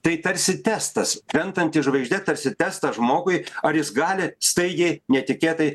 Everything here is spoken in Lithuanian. tai tarsi testas krentanti žvaigždė tarsi testas žmogui ar jis gali staigiai netikėtai